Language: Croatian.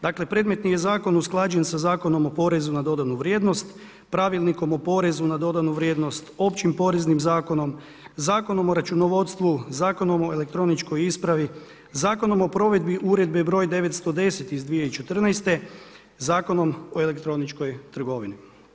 Dakle, predmetni je zakon usklađen sa Zakonom o PDV-u, Pravilnikom o porezu na dodanu vrijednost Općim poreznim zakonom, Zakonom o računovodstvu, Zakonom o elektroničkoj ispravi, Zakonom o provedbi Uredbe broj 910 iz 2014., Zakonom o elektroničkoj trgovini.